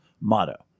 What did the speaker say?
motto